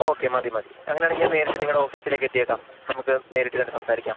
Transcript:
okay മതി മതി അങ്ങനെയാണെങ്കിൽ ഞാൻ നേരിട്ട് നിങ്ങളുടെ ഓഫീസിലേക്ക് എത്തിയേക്കാം നമുക്ക് നേരിട്ട് കണ്ട് സംസാരിക്കാം